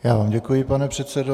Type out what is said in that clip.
Já vám děkuji, pane předsedo.